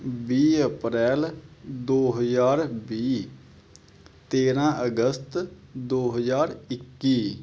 ਵੀਹ ਅਪ੍ਰੈਲ ਦੋ ਹਜ਼ਾਰ ਵੀਹ ਤੇਰਾਂ ਅਗਸਤ ਦੋ ਹਜ਼ਾਰ ਇੱਕੀ